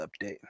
update